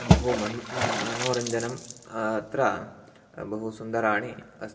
बहु मनः मनोरञ्जनं अत्र बहु सुन्दराणि अस्ति